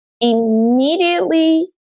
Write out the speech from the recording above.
immediately